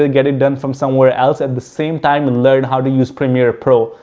ah get it done from somewhere else. at the same time, and learn how to use premiere pro,